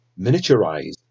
miniaturized